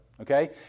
Okay